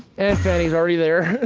and fanny's already there.